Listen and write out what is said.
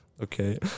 Okay